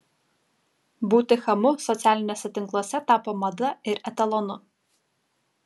būti chamu socialiniuose tinkluose tapo mada ir etalonu